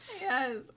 yes